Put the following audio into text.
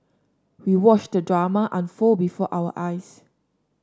we watched the drama unfold before our eyes